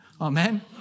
Amen